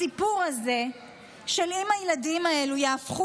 הסיפור הזה של אם הילדים האלה יהפכו